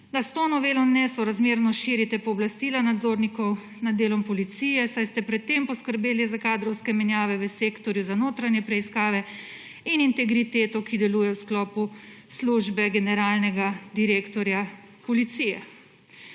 da s to novelo nesorazmerno širite pooblastila nadzornikov nad delom policije, saj ste pred tem poskrbeli za kadrovske menjave v sektorju za notranje preiskave in integriteto, ki deluje v sklopu Službe generalnega direktorja policije.